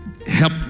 help